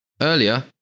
Earlier